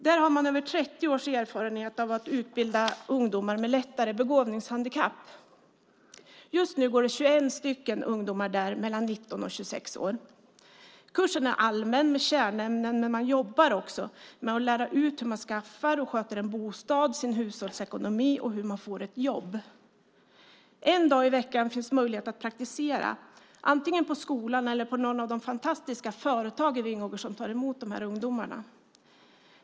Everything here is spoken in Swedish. Där har man över 30 års erfarenhet av att utbilda ungdomar med lättare begåvningshandikapp. Just nu går det 21 ungdomar mellan 19 och 26 år där. Kursen är allmän med kärnämnen, men man jobbar också med att lära ut hur man skaffar och sköter en bostad, sköter sin hushållsekonomi och får ett jobb. En dag i veckan finns möjlighet att praktisera, antingen på skolan eller på något av de fantastiska företag i Vingåker som tar emot dessa ungdomar.